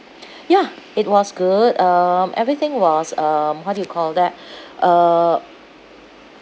ya it was good um everything was um what do you call that uh